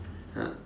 ya